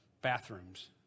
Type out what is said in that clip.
bathrooms